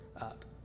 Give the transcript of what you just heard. up